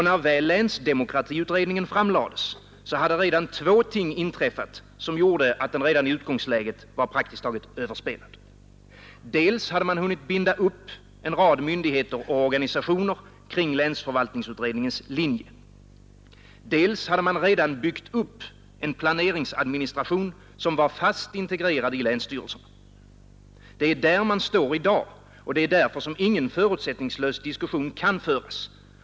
När väl länsdemokratiutredningen framlades hade redan två ting inträffat som gjorde att den redan i utgångsläget var praktiskt taget överspelad. Dels hade man hunnit binda upp en rad myndigheter och organisationer kring länsförvaltningsutredningens linje, dels hade man redan byggt upp en planeringsadministration som var fast integrerad i länsstyrelsen. Det är där man står i dag, och det är därför ingen förutsättningslös diskussion kan föras.